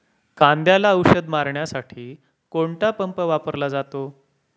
कांद्याला औषध मारण्यासाठी कोणता पंप वापरला जातो?